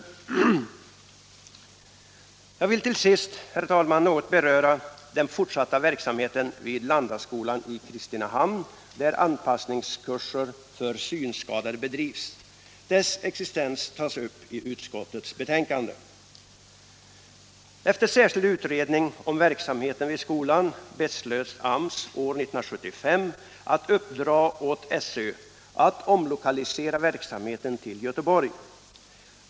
Jag vill till sist, herr talman, något beröra den fortsatta verksamheten vid Landaskolan i Kristinehamn, där anpassningskurser för synskadade bedrivs. Dess existens tas upp i utskottets betänkande. Efter särskild utredning om verksamheten vid skolan beslöt AMS 1975 att uppdra åt SÖ att omlokalisera verksamheten till Göteborg.